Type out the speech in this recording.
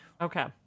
Okay